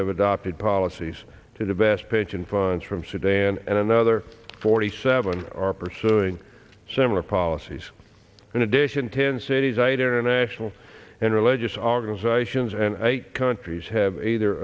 have adopted policies to the best pension funds from sudan and another forty seven are pursuing similar policies in addition ten cities eiter national and religious organizations and countries have either